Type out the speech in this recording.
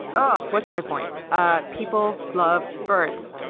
um what's my point? ah people. love. birds.